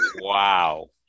Wow